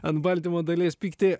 ant baltymo dalies pykti